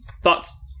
Thoughts